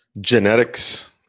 genetics